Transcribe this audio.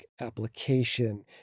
application